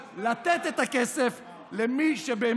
עכשיו, כשאנחנו יודעים איפה הכסף, אני שואל: